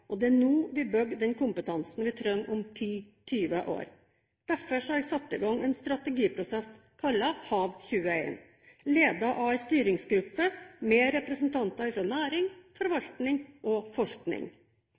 og det er nå vi bygger den kompetansen vi trenger om 10–20 år. Derfor har jeg satt i gang en strategiprosess, kalt HAV 21, ledet av en styringsgruppe med representanter fra næring,